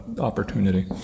opportunity